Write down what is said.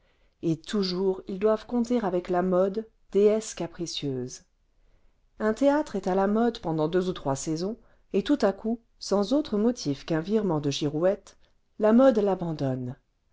et toujours ils doivent compter avec la mode déesse capricieuse un théâtre est à la mode pendant deux ou trois saisons et tout à coup sans autre motif qu'un virement de girouette la mode l'abandonne